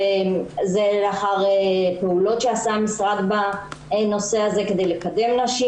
וזה לאחר פעולות שעשה המשרד בנושא הזה כדי לקדם נשים.